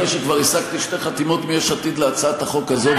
אחרי שכבר השגתי שתי חתימות מיש עתיד להצעת החוק הזו,